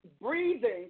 breathing